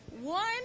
One